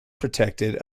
protected